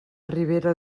ribera